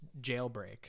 jailbreak